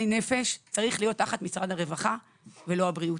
נפש צריך להיות תחת משרד הרווחה ולא הבריאות.